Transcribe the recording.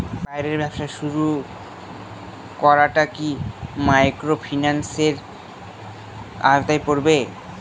বইয়ের ব্যবসা শুরু করাটা কি মাইক্রোফিন্যান্সের আওতায় পড়বে?